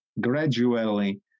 gradually